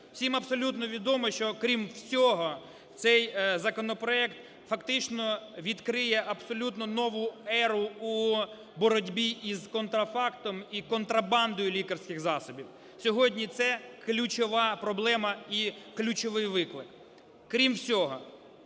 Всім абсолютно відомо, що крім всього, цей законопроект фактично відкриє абсолютно нову еру у боротьбі із контрафактом і контрабандою лікарських засобів. Сьогодні це ключова проблема і ключовий виклик. Крім всього,